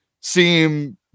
seem